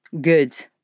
Good